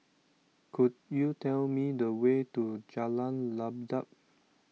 could you tell me the way to Jalan Ibadat